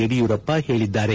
ಯಡಿಯೂರಪ್ಪ ಹೇಳಿದ್ದಾರೆ